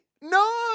No